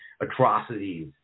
atrocities